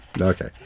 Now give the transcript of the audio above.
Okay